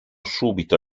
subito